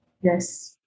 Yes